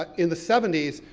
ah in the seventy s,